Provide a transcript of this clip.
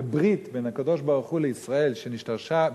כברית בין הקדוש-ברוך-הוא לישראל שנשתרשה,